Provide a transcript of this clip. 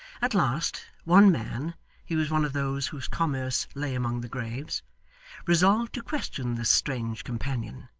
at last, one man he was one of those whose commerce lay among the graves resolved to question this strange companion.